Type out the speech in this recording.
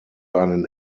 einen